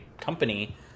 company